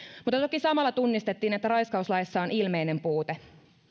mutta toki samalla tunnistettiin että raiskauslaissa on ilmeinen puute